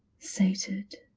sated,